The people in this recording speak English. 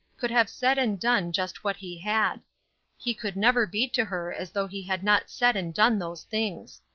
could have said and done just what he had he could never be to her as though he had not said and done those things.